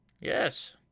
Yes